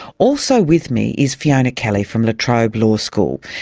also with me is fiona kelly from la trobe law school,